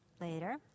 Later